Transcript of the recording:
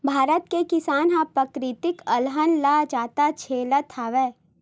भारत के किसान ह पराकिरितिक अलहन ल जादा झेलत हवय